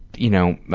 you know,